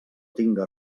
tinga